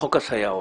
חוק הסייעות.